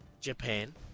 Japan